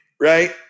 right